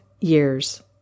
years